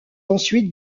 ensuite